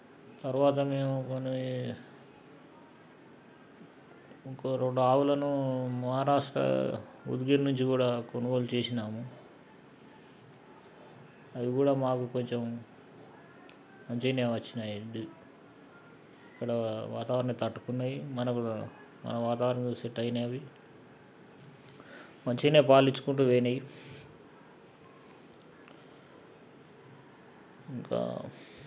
తరువాత మేము కొన్ని ఇంకో రెండు ఆవులను మహారాష్ట్ర ఉద్గిర్ నుంచి కూడా కొనుగోలు చేసినాము అది కూడా మాకు కొంచెం మంచిగానే వచ్చాయి అవి ఇక్కడ వాతావరణం తట్టుకున్నాయి మనకి కూడా మన వాతావరణం సెట్ అయ్యాయి అవి మంచిగానే పాలు ఇచ్చుకుంటూ పోయాయి ఇంకా